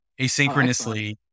asynchronously